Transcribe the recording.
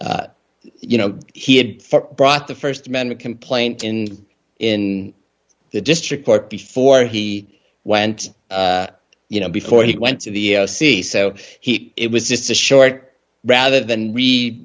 you know he had brought the st amendment complaint in in the district court before he went you know before he went to the sea so he it was just a short rather